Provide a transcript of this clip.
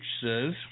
says